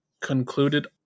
concluded